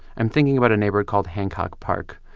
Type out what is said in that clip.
i'm thinking about a neighborhood called hancock park,